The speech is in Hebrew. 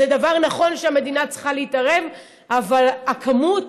זה דבר נכון שהמדינה צריכה להתערב בו, אבל הכמות,